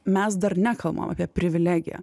mes dar nekalbam apie privilegiją